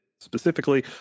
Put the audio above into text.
specifically